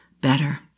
better